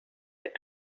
that